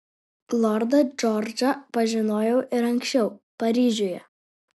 lordą džordžą pažinojau ir anksčiau paryžiuje